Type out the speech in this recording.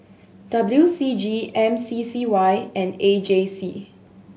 W C G M C C Y and A J C